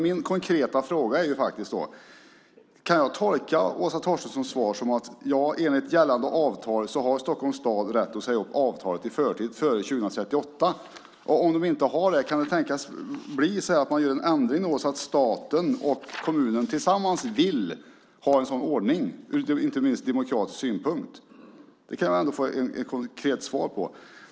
Min konkreta fråga är: Kan jag tolka Åsa Torstenssons svar som att Stockholms stad enligt gällande avtal har rätt att säga upp detta avtal i förtid, före 2038? Kan man, om de inte har det, tänkas göra en ändring om staten och kommunen tillsammans vill ha en sådan ordning, inte minst ur demokratiskt synpunkt? Det borde jag kunna få ett konkret svar på.